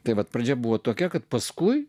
tai vat pradžia buvo tokia kad paskui